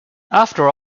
after